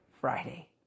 Friday